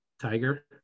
Tiger